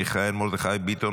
מיכאל מרדכי ביטון,